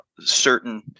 certain